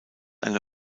eine